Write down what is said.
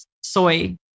soy